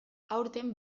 aurten